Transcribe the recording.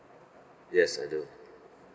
yes I do